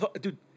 dude